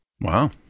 Wow